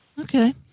Okay